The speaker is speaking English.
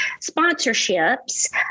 sponsorships